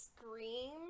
scream